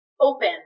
open